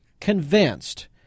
convinced